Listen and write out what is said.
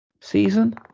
season